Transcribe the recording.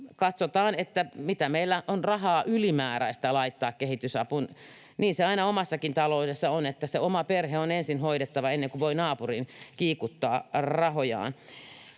katsotaan, mitä meillä on rahaa ylimääräisenä laittaa kehitysapuun. Niin se aina omassakin taloudessa on, että se oma perhe on ensin hoidettava, ennen kuin voi naapuriin kiikuttaa rahojaan.